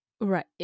Right